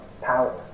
power